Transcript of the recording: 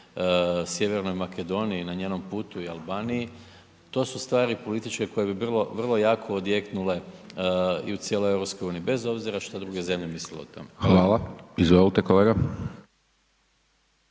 Sjevernoj Makedoniji na njenom putu i Albaniji, to su stvari političke koje bi bilo vrlo jako odjeknule i u cijeloj EU bez obzira šta druge zemlje misle o tome. **Hajdaš Dončić, Siniša